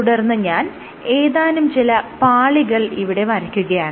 തുടർന്ന് ഞാൻ ഏതാനും ചില പാളികൾ ഇവിടെ വരയ്ക്കുകയാണ്